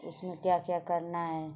उसमें क्या क्या करना है